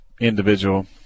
individual